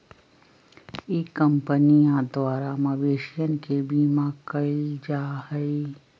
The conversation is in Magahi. ई कंपनीया द्वारा मवेशियन के बीमा कइल जाहई